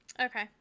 Okay